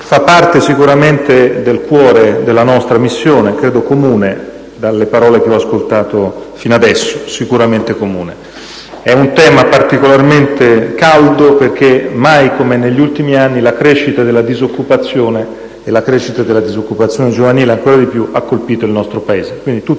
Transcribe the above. fa parte sicuramente del cuore della nostra missione, sicuramente comune dalle parole che ho ascoltato fino adesso. È un tema particolarmente caldo, perché mai come negli ultimi anni la crescita della disoccupazione, e della disoccupazione giovanile ancora di più, ha colpito il nostro Paese.